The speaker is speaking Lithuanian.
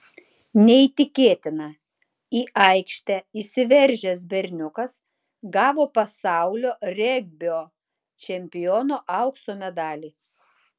neįtikėtina į aikštę įsiveržęs berniukas gavo pasaulio regbio čempiono aukso medalį